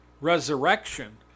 resurrection